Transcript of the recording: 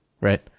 right